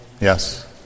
Yes